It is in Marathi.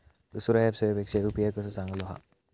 दुसरो ऍप सेवेपेक्षा यू.पी.आय कसो चांगलो हा?